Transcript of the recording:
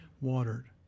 watered